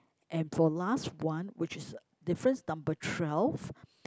and for last one which is difference number twelve